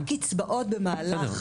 גם קצבאות במהלך